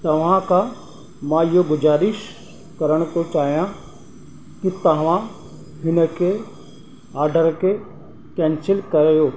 तव्हां खां मां इहो गुज़ारिश करणु थो चाहियां की तव्हां हिनखे ऑडर के केंसिल कयो